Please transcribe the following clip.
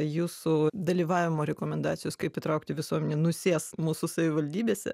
jūsų dalyvavimo rekomendacijos kaip įtraukti visuomenę nusės mūsų savivaldybėse